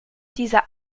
dieser